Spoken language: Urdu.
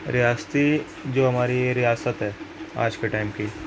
ریاستی جو ہماری ریاست ہے آج کے ٹائم کی